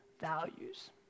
values